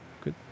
Good